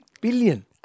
billion